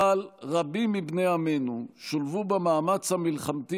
אבל רבים מבני עמנו שולבו במאמץ המלחמתי